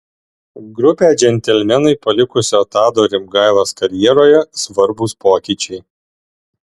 grupę džentelmenai palikusio tado rimgailos karjeroje svarbūs pokyčiai